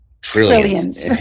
trillions